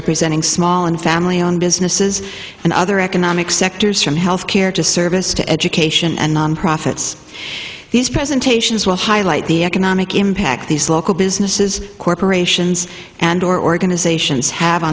representing small and family owned businesses and other economic sectors from health care to service to education and non profits these presentations will highlight the economic impact these local businesses corporations and organizations have